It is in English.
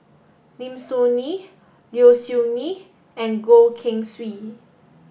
Lim Soo Ngee Low Siew Nghee and Goh Keng Swee